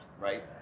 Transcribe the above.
right